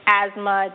asthma